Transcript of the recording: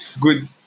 good